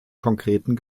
konkreten